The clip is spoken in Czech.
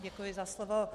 Děkuji za slovo.